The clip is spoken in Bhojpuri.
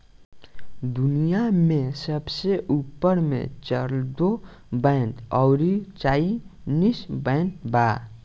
पूरा दुनिया में सबसे ऊपर मे चरगो बैंक अउरी चाइनीस बैंक बा